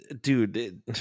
Dude